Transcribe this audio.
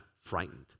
frightened